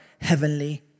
Heavenly